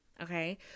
okay